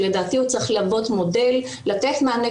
שלדעתי הוא צריך להוות מודל לתת מענה,